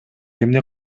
эмне